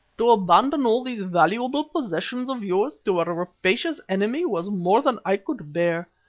to abandon all these valuable possessions of yours to a rapacious enemy was more than i could bear.